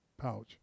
pouch